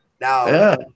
Now